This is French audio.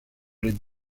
les